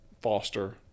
Foster